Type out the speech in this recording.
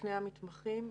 תקני המתמחים,